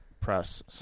press